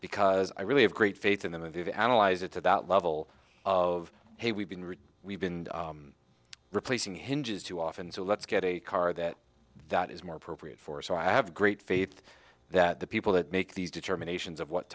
because i really have great faith in the movie to analyze it to that level of hey we've been rich we've been replacing hinges too often so let's get a car that that is more appropriate for so i have great faith that the people that make these determinations of what